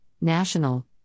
national